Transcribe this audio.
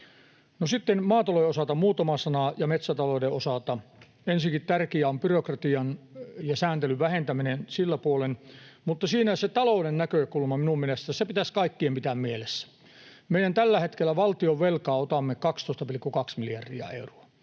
sitten maatalouden ja metsätalouden osalta muutama sana: Ensinnäkin tärkeää on byrokratian ja sääntelyn vähentäminen sillä puolen. Sitten siinä se talouden näkökulma mielestäni pitäisi kaikkien pitää mielessä. Mehän tällä hetkellä valtionvelkaa otamme 12,2 miljardia euroa,